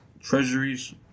treasuries